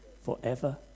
forever